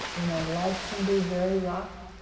you know, life can be very rough,